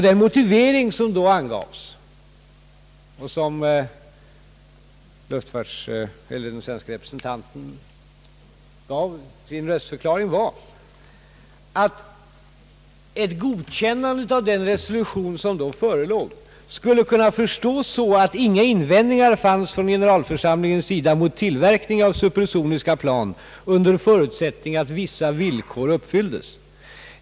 Den motivering som den svenske representanten gav i sin röstförklaring var att ett godkännande av den resolution som då förelåg skulle kunna förstås så att inga invändningar fanns från generalförsamlingens sida mot tillverkning av supersoniska plan under förutsättning att vissa villkor uppfylldes.